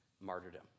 martyrdom